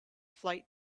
flight